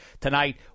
tonight